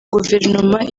guverinoma